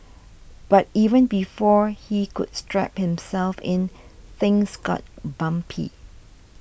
but even before he could strap himself in things got bumpy